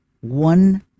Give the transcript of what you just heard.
one